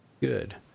Good